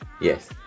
Yes